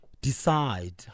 decide